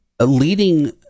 leading